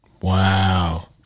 Wow